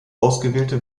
ausgewählte